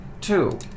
Two